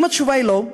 אם התשובה היא לא,